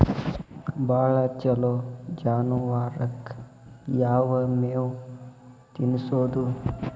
ಭಾಳ ಛಲೋ ಜಾನುವಾರಕ್ ಯಾವ್ ಮೇವ್ ತಿನ್ನಸೋದು?